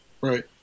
Right